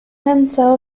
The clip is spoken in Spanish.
lanzado